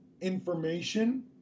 information